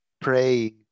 pray